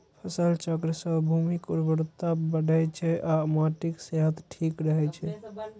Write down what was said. फसल चक्र सं भूमिक उर्वरता बढ़ै छै आ माटिक सेहत ठीक रहै छै